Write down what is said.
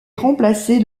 remplacée